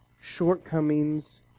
shortcomings